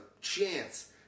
chance